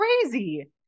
crazy